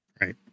Right